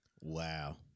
Wow